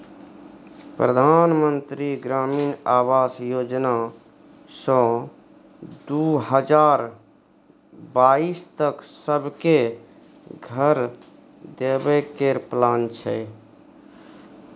परधान मन्त्री ग्रामीण आबास योजना सँ दु हजार बाइस तक सब केँ घर देबे केर प्लान छै